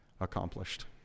accomplished